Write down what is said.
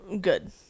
Good